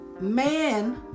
man